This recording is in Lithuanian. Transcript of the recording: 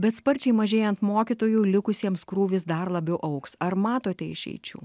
bet sparčiai mažėjant mokytojų likusiems krūvis dar labiau augs ar matote išeičių